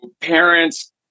parents